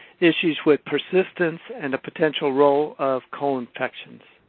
issues with persistence, and a potential role of co-infections.